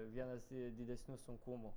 vienas didesnių sunkumų